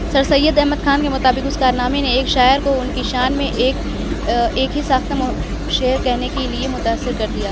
سر سید احمد خان کے مطابق اس کارنامے نے ایک شاعر کو ان کی شان میں ایک ایک ہی سخت شعر کہنے کے لیے متاثر کر دیا